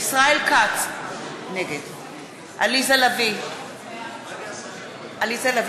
ישראל כץ, נגד עליזה לביא, בעד